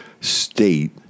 state